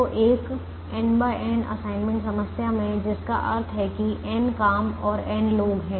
तो एक n n assignment समस्या में जिसका अर्थ है कि n काम और n लोग हैं